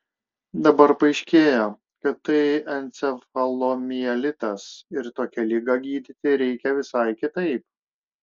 dabar paaiškėjo kad tai encefalomielitas ir tokią ligą gydyti reikia visai kitaip